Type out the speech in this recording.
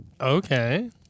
Okay